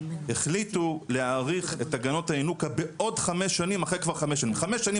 החליטו להאריך את הגנות הינוקא בעוד 5 שנים אחרי כבר 5 שנים.